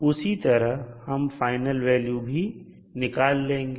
उसी तरह हम फाइनल वैल्यू भी निकाल लेंगे